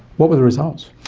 what were the results?